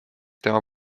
tema